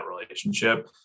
relationship